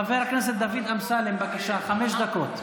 חבר הכנסת דוד אמסלם, בבקשה, חמש דקות.